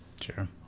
Sure